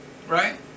Right